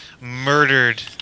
murdered